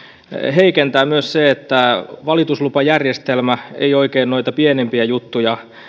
heikentää myös se että valituslupajärjestelmä ei oikein noita pienimpiä juttuja